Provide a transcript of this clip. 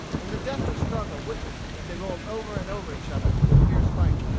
and the deathly struggle witnessed as they rolled over and over each other in the fierce fight,